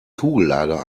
kugellager